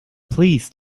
please